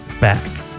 back